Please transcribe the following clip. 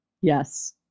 yes